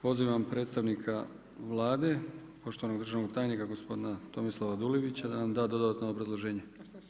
Pozivam predstavnika Vlade, poštovanog državnog tajnika, gospodina Tomislava Dulibić da nam da dodatno obrazloženje.